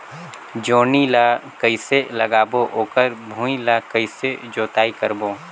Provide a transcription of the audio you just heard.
जोणी ला कइसे लगाबो ओकर भुईं ला कइसे जोताई करबो?